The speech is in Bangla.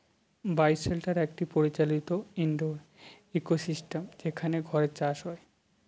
বায় শেল্টার একটি পরিচালিত ইনডোর ইকোসিস্টেম যেখানে ঘরে চাষ হয়